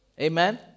Amen